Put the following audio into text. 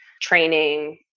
training